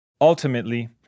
Ultimately